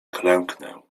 klęknę